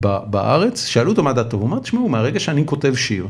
בארץ, שאלו אותו מה דעתו הוא אומר, תשמעו מהרגע שאני כותב שיר